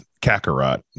Kakarot